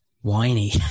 whiny